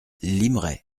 limeray